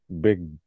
big